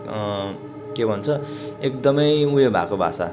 के भन्छ एकदमै उयो भएको भाषा